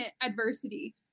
adversity